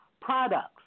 products